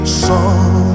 song